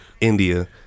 india